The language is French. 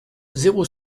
zéro